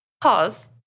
pause